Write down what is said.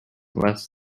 unless